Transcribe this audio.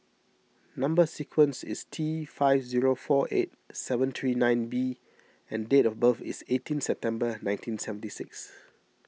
Number Sequence is T five zero four eight seven three nine B and date of birth is eighteen September nineteen seventy six